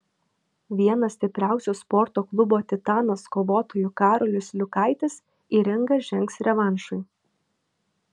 vienas stipriausių sporto klubo titanas kovotojų karolis liukaitis į ringą žengs revanšui